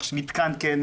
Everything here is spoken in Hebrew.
מתקן כן,